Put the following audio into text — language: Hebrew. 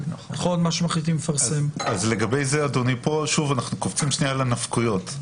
לגבי זה, שוב אנחנו קופצים שנייה לנפקויות.